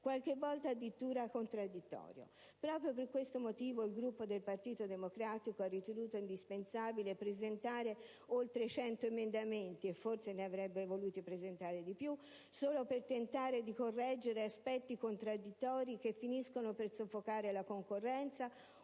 qualche volta addirittura in contraddizione. Proprio per questo motivo il Gruppo del Partito Democratico ha ritenuto indispensabile presentare oltre 100 emendamenti (forse ne avrebbe voluti presentare di più), solo per tentare di correggere aspetti contraddittori che finiscono per soffocare la concorrenza